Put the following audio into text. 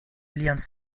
альянс